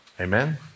Amen